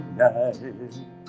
night